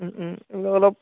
অলপ